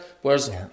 Whereas